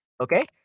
okay